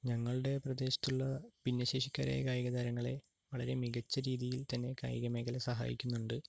ഞങ്ങളുടെ പ്രദേശത്തുള്ള ഭിന്നശേഷിക്കാരായ കായിക താരങ്ങളെ വളരെ മികച്ച രീതിയിൽ തന്നെ കായികമേഖല സഹായിക്കുന്നുണ്ട്